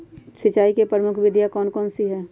सिंचाई की प्रमुख विधियां कौन कौन सी है?